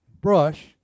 brush